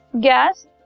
gas